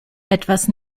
etwas